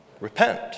Repent